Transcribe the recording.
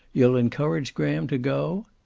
you'll encourage graham to go?